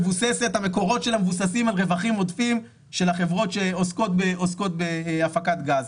המקורות שלה מבוססים על רווחים עודפים של החברות שעוסקות בהפקת גז,